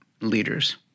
leaders